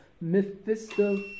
Mephisto